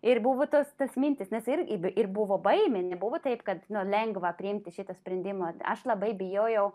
ir buvo tas tas mintis nes ir ir buvo baimė nebuvo taip kad nu nelengva priimti šitą sprendimą aš labai bijojau